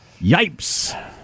Yipes